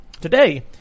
Today